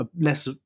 less